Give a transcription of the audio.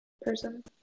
person